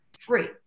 free